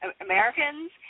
Americans